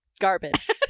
garbage